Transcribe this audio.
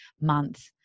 month